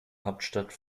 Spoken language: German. hauptstadt